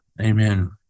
amen